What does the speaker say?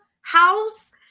house